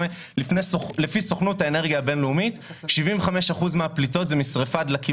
לפי סוכנות האנרגיה הבין-לאומית 75% מן הפליטות הם משריפת דלקים